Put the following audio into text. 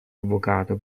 avvocato